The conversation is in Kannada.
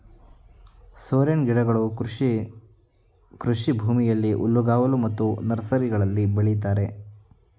ಸೋರೆನ್ ಗಿಡಗಳು ಕೃಷಿ ಕೃಷಿಭೂಮಿಯಲ್ಲಿ, ಹುಲ್ಲುಗಾವಲು ಮತ್ತು ನರ್ಸರಿಗಳಲ್ಲಿ ಬೆಳಿತರೆ